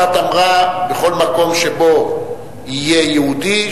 אחת אמרה: בכל מקום שבו יהיה יהודי,